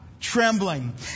trembling